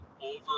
over